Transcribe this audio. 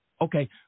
Okay